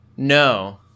No